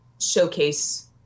showcase